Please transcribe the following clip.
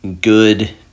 good